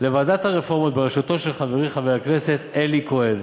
לוועדת הרפורמות בראשות חברי חבר הכנסת אלי כהן.